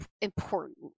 important